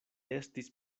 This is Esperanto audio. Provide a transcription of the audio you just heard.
estis